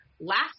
last